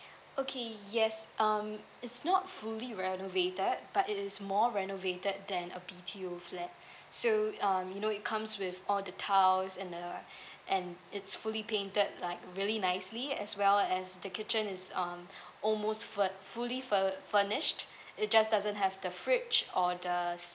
okay yes um it's not fully renovated but it is more renovated than a B_T_O flat so um you know it comes with all the tiles and uh and it's fully painted like really nicely as well as the kitchen is um almost fur~ fully fur~ furnish it just doesn't have the fridge or the